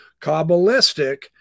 kabbalistic